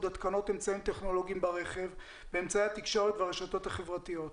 התקנות אמצעים טכנולוגיים ברכב באמצעי התקשורת וברשתות החברתיות.